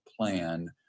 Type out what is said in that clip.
plan